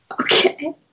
Okay